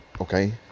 okay